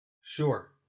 Sure